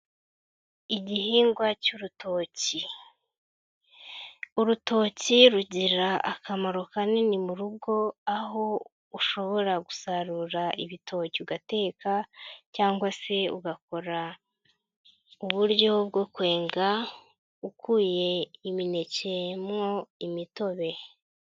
Igihingwa cy'urutoki ,urutoki rugira akamaro kanini mu rugo, aho ushobora gusarura ibitoki ugateka cyangwa se ugakora uburyo bwo kwenga ,ukuye iminekemo umutobe.